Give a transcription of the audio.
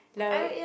like